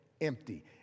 empty